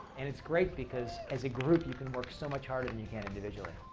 and it's great, because as a group, you can work so much harder than you can individually.